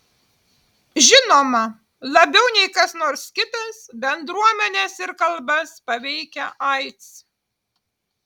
žinoma labiau nei kas nors kitas bendruomenes ir kalbas paveikia aids